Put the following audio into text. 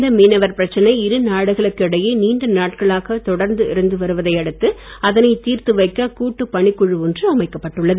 இந்த மீனவர் பிரச்சனை இருநாடுகளுக்கு இடையே நீண்ட நாட்களாக தொடர்ந்து இருந்து வருவதை அடுத்து அதனை தீர்த்து வைக்க கூட்டு பணிக்குழு ஒன்று அமைக்கப்பட்டுள்ளது